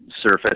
surface